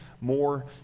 more